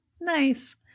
Nice